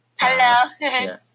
Hello